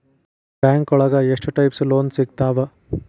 ಬ್ಯಾಂಕೋಳಗ ಎಷ್ಟ್ types loan ಸಿಗ್ತಾವ?